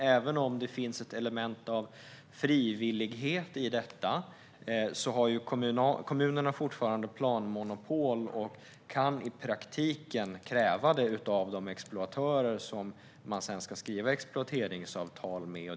Även om det finns ett element av frivillighet i detta har kommunerna fortfarande planmonopol och kan i praktiken kräva detta av de exploatörer som de sedan ska skriva exploateringsavtal med.